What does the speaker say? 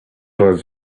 was